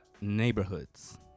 neighborhoods